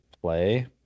play